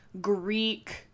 Greek